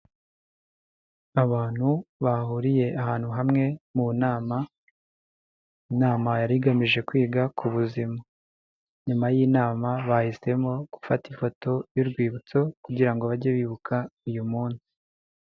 Abantu bahuriye ahantu hamwe mu nama, inama yari igamije kwiga ku buzima, nyuma y'inama bahisemo gufata ifoto y'urwibutso kugirango bajye bibuka uyu munsi.